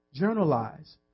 Journalize